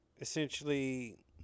essentially